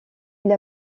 ils